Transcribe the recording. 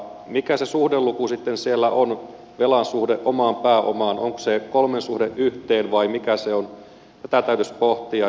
mikä se suhdeluku sitten siellä on velan suhde omaan pääomaan onko se kolmen suhde yhteen vai mikä se on tätä täytyisi pohtia